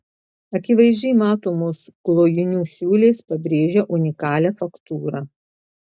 akivaizdžiai matomos klojinių siūlės pabrėžia unikalią faktūrą